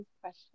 question